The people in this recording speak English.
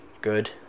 good